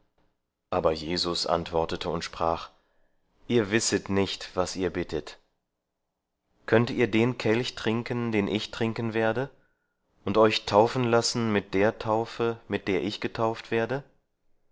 aber jesus antwortete und sprach ihr wisset nicht was ihr bittet könnt ihr den kelch trinken den ich trinken werde und euch taufen lassen mit der taufe mit der ich getauft werde